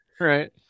Right